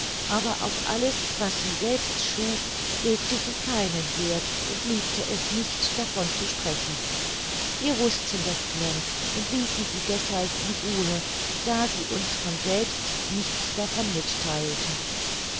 aber auf alles was sie selbst schuf legte sie keinen werth und liebte es nicht davon zu sprechen wir wußten das längst und ließen sie deshalb in ruhe da sie uns von selbst nichts davon mittheilte